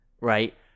right